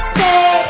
say